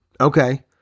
Okay